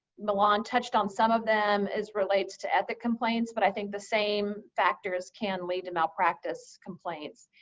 milan touched on some of them as relates to ethics complaints. but i think the same factors can lead to malpractice complaints.